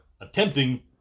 attempting